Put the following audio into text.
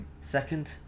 Second